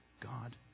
God